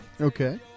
Okay